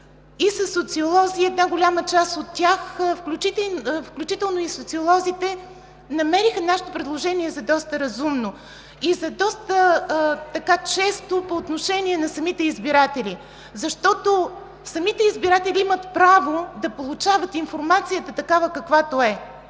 и със социолози и една голяма част от тях, включително и социолозите, намериха нашето предложение за доста разумно и за доста честно по отношение на самите избиратели, защото самите избиратели имат право да получават информацията такава, каквато е,